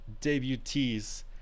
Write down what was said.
debutees